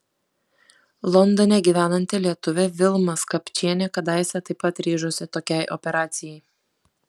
londone gyvenanti lietuvė vilma skapčienė kadaise taip pat ryžosi tokiai operacijai